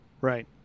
Right